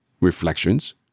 reflections